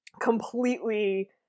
completely